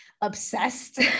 obsessed